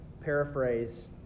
paraphrase